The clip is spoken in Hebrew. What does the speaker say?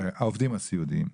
אנחנו גם